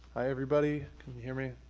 hi everybody, can you hear me?